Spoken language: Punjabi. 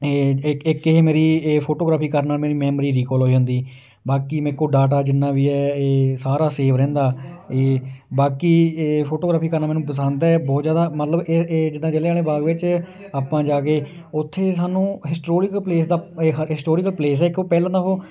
ਇਹ ਇਕ ਇਹ ਮੇਰੀ ਇਹ ਫੋਟੋਗ੍ਰਾਫੀ ਕਰਨ ਨਾਲ ਮੇਰੀ ਮੈਮਰੀ ਰੀਕੋਲ ਹੋ ਜਾਂਦੀ ਬਾਕੀ ਮੇਰੇ ਕੋਲ ਡਾਟਾ ਜਿੰਨਾ ਵੀ ਹੈ ਇਹ ਸਾਰਾ ਸੇਵ ਰਹਿੰਦਾ ਇਹ ਬਾਕੀ ਇਹ ਫੋਟੋਗ੍ਰਾਫੀ ਕਰਨਾ ਮੈਨੂੰ ਪਸੰਦ ਹੈ ਬਹੁਤ ਜ਼ਿਆਦਾ ਮਤਲਬ ਇਹ ਇਹ ਜਿੱਦਾਂ ਜਿਲ੍ਹਿਆਂ ਵਾਲੇ ਬਾਗ ਵਿੱਚ ਆਪਾ ਜਾ ਕੇ ਉੱਥੇ ਸਾਨੂੰ ਹਿਸਟੋਰੀਕਲ ਪਲੇਸ ਹੈ ਇੱਕ ਪਹਿਲਾ ਤਾਂ ਉਹ